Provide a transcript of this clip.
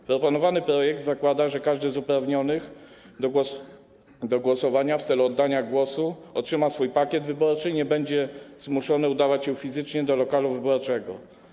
W proponowanym projekcie przyjęto, że każdy z uprawnionych do głosowania w celu oddania głosu otrzyma swój pakiet wyborczy i nie będzie zmuszony udawać się fizycznie do lokalu wyborczego.